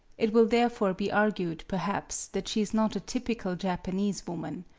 it will therefore be argued, perhaps, that she is not a typical japanese woman.